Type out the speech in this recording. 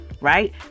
Right